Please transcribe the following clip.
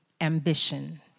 Ambition